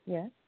Yes